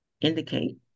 indicate